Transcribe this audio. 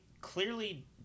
clearly